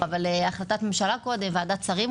נידרש להחלטת ממשלה קודם, אולי לוועדת שרים.